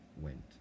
went